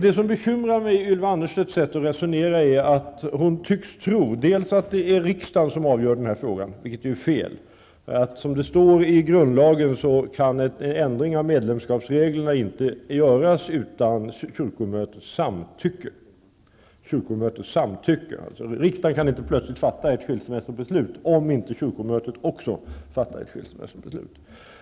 Det som bekymrar mig när det gäller det sätt på vilket Ylva Annerstedt resonerar är att hon tycks tro att det är riksdagen som avgör den här frågan. Men det är fel. Det står ju i grundlagen att ändringar i medlemskapsreglerna inte kan göras utan kyrkomötets samtycke. Riksdagen kan alltså inte fatta ett beslut om skilsmässa om inte kyrkomötet också fattar ett sådant beslut.